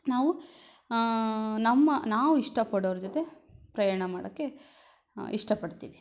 ನಾವು ನಮ್ಮ ನಾವು ಇಷ್ಟ ಪಡೋರ ಜೊತೆ ಪ್ರಯಾಣ ಮಾಡೋಕ್ಕೆ ಇಷ್ಟಪಡ್ತೀವಿ